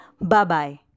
Bye-bye